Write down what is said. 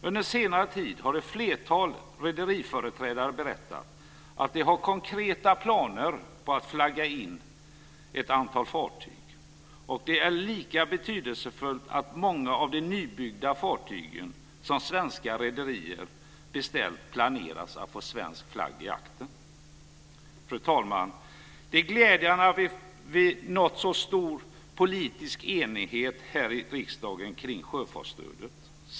Under senare tid har ett flertal rederiföreträdare berättat att de har konkreta planer på att flagga in ett antal fartyg. Det är lika betydelsefullt att många av de nybyggda fartyg som svenska rederier beställt planeras få svensk flagg i aktern. Fru talman! Det är glädjande att vi nått så stor politisk enighet här i riksdagen kring sjöfartsstödet.